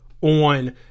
On